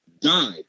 died